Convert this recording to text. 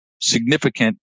significant